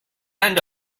end